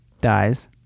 dies